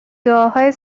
دعاهای